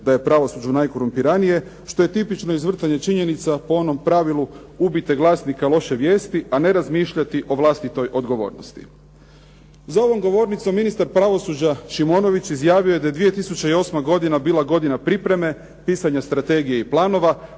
da je pravosuđe najkorumpiranije, što je tipično izvrtanje činjenica po onom pravilu, ubite glasnika loše vijesti, a ne razmišljati o vlastitoj odgovornosti. Za ovom govornicom ministar pravosuđa Šimonović izjavio je da je 2008. godina bila godina pripreme, pisanja strategije i planova,